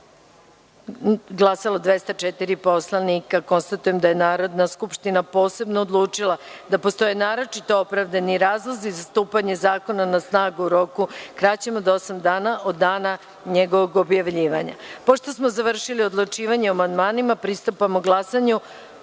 narodnih poslanika. Konstatujem da je Narodna skupština posebno odlučila da postoje naročito opravdani razlozi zastupanja zakona na snagu u roku kraćem od osam dana od dana njegovog objavljivanja. Pošto smo završili odlučivanje o amandmanima, pristupamo glasanju